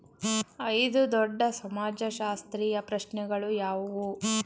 ಐದು ದೊಡ್ಡ ಸಮಾಜಶಾಸ್ತ್ರೀಯ ಪ್ರಶ್ನೆಗಳು ಯಾವುವು?